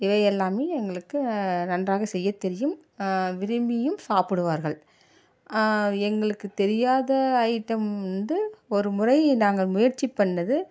இவை எல்லாமே எங்களுக்கு நன்றாக செய்யத் தெரியும் விரும்பியும் சாப்பிடுவார்கள் எங்களுக்கு தெரியாத ஐட்டம் வந்து ஒரு முறை நாங்கள் முயற்சி பண்ணது